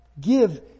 give